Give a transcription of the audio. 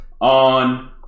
on